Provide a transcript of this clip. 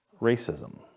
racism